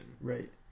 right